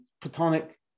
platonic